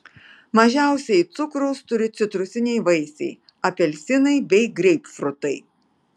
mažiausiai cukraus turi citrusiniai vaisiai apelsinai bei greipfrutai